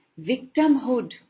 victimhood